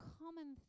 common